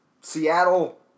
Seattle